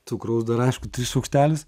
cukraus dar aišku šaukštelis